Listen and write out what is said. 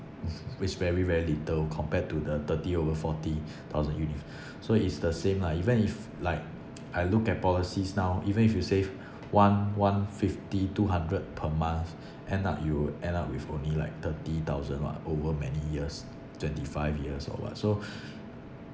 which very very little compared to the thirty over forty thousand you need f~ so it's the same lah even if like I look at policies now even if you save one one fifty two hundred per month end up you end up with only like thirty thousand [what] over many years twenty five years or what so